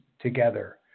together